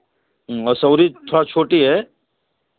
और सौरी थोड़ा छोटी है